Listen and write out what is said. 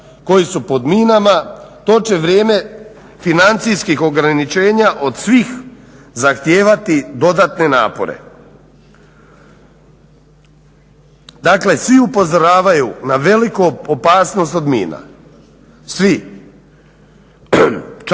koji su pod minama to će vrijeme financijskih ograničenja od svih zahtijevati dodatne napore. Dakle, svi upozoravaju na veliku opasnost od mina, svi čak